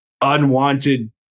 unwanted